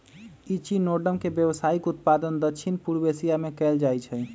echinoderm के व्यावसायिक उत्पादन दक्षिण पूर्व एशिया में कएल जाइ छइ